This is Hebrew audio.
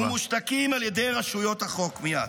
-- ומושתקים על ידי רשויות החוק, מייד.